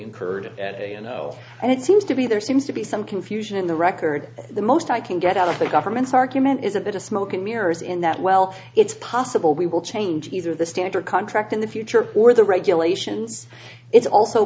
incurred you know and it seems to be there seems to be some confusion in the record the most i can get out of the government's argument is a bit of smoke and mirrors in that well it's possible we will change either the standard contract in the future or the regulations it's also